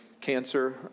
cancer